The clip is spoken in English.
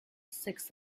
six